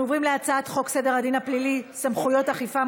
אנחנו עוברים להצעת חוק סדר הדין הפלילי (סמכויות אכיפה,